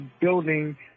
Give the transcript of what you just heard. building